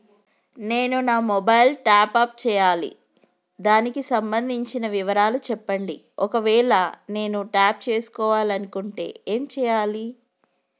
నేను నా mobile top up చేయాలి దానికి సంబంధించిన వివరాలు చెప్పండి ఒకవేళ నేను టాప్ చేసుకోవాలనుకుంటే ఏం చేయాలి?